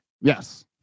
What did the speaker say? Yes